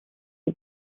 die